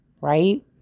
Right